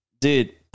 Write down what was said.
Dude